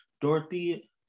Dorothy